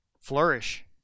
flourish